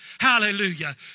Hallelujah